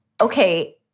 okay